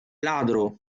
ladro